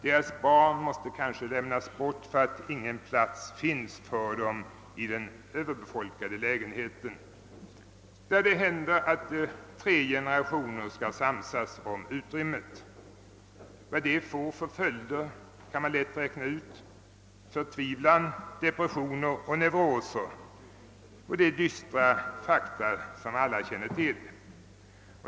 Deras barn måste lämnas bort för att ingen plats finns för dem i den överbefolkade lägenheten. Ja, det händer att tre generationer får samsas om utrymmet. Vad det får för följder kan man lätt räkna ut: förtvivlan, depressioner och neuroser. Det är dystra fakta, som alla känner till.